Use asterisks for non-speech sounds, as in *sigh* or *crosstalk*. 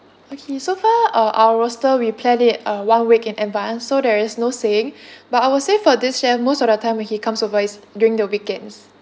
okay so far uh our roster we plan it uh one week in advance so there is no saying *breath* but I will say for this chef most of the time when he comes over is during the weekends